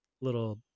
little